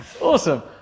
Awesome